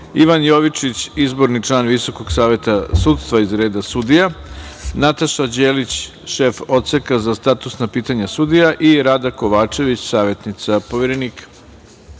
Ivan Jovičić - izborni član Visokog saveta sudstva iz reda sudija, Nataša Đelić – šef odseka za statusna pitanja sudija i Rada Kovačević – savetnica Poverenika. Molim